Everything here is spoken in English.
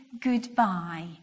goodbye